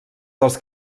dels